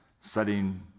setting